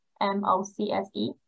M-O-C-S-E